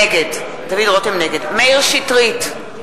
נגד מאיר שטרית,